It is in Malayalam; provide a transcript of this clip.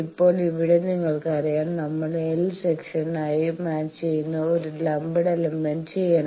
ഇപ്പോൾ ഇവിടെ നിങ്ങൾക്കറിയാം നമ്മൾ എൽ സെക്ഷൻ ആയി മാച്ച് ചെയുന്ന ഒരു ലംപ്ഡ് എലമെന്റ് ചെയ്യണം